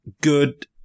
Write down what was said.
good